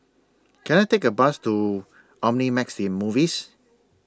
Can I Take A Bus to Omnimax in Movies